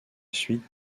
suite